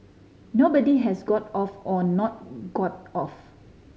nobody has got off or not got off